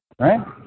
right